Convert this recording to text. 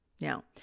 Now